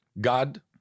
God